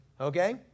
okay